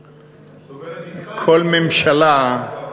היא סובלת, כל ממשלה,